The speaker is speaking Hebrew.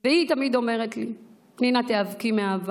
והיא תמיד אומרת לי: פנינה, תיאבקי מאהבה,